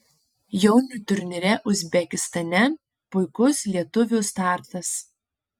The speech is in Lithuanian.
jaunių turnyre uzbekistane puikus lietuvių startas